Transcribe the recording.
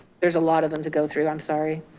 there's a lot of them to go through, i'm sorry.